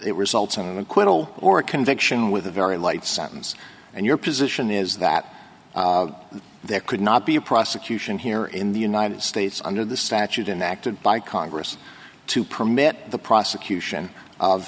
it results in an acquittal or a conviction with a very light sentence and your position is that there could not be a prosecution here in the united states under the statute and acted by congress to permit the prosecution